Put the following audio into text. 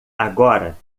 agora